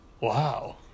wow